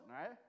right